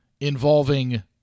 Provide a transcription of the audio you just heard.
involving